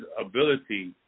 ability